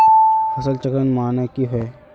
फसल चक्रण माने की होय?